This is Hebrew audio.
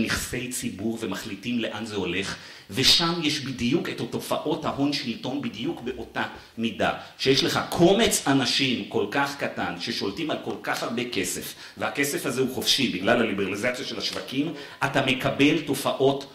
נכסי ציבור ומחליטים לאן זה הולך, ושם יש בדיוק את התופעות ההון שלטון בדיוק באותה מידה, שיש לך קומץ אנשים כל כך קטן ששולטים על כל כך הרבה כסף, והכסף הזה הוא חופשי בגלל הליברליזציה של השווקים, אתה מקבל תופעות